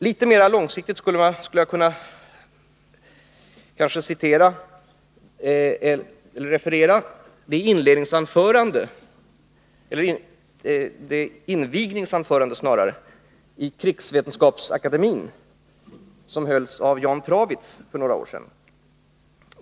Litet mera långsiktigt skulle man kanske kunna referera det invigningsanförande i Krigsvetenskapsakademien som hölls av Jan Prawitz för några år sedan.